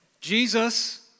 Jesus